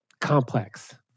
complex